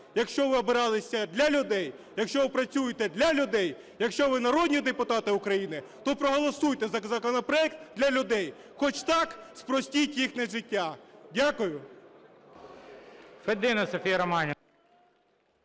Якщо ви обиралися для людей, якщо ви працюєте для людей, якщо ви народні депутати України, то проголосуйте законопроект для людей, хоч так спростіть їхнє життя. Дякую.